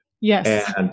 yes